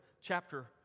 chapter